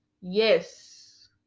yes